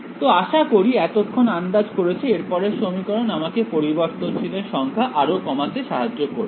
তো আশা করি এতক্ষণে আন্দাজ করেছ এরপরের সমীকরণ আমাকে পরিবর্তনশীল এর সংখ্যা আরও কমাতে সাহায্য করবে